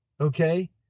okay